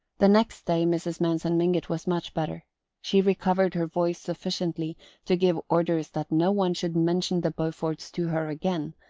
the next day mrs. manson mingott was much better she recovered her voice sufficiently to give orders that no one should mention the beauforts to her again,